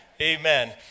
Amen